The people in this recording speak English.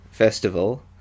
Festival